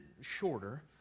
shorter